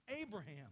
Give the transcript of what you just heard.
Abraham